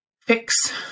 fix